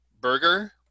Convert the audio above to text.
burger